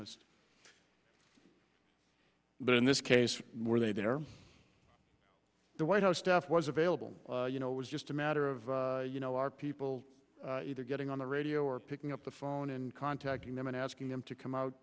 list but in this case where they've been or the white house staff was available you know it was just a matter of you know our people either getting on the radio or picking up the phone and contacting them and asking them to come out